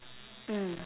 mm